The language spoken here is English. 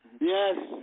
Yes